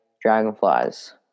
Dragonflies